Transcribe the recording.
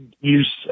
use